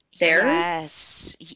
yes